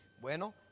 Bueno